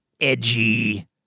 edgy